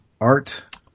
Art